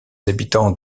habitants